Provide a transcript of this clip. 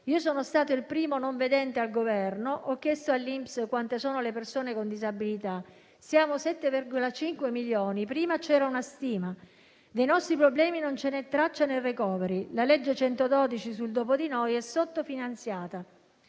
Io sono stato il primo non vedente al Governo, ho chiesto all'INPS quante sono le persone con disabilità. Siamo 7,5 milioni, prima c'era una stima! Dei nostri problemi non ce n'è traccia nel *recovery*, la legge 112 sul dopo di noi è sottofinanziata,